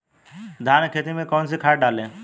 धान की खेती में कौन कौन सी खाद डालें?